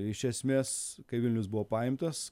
iš esmes kai vilnius buvo paimtas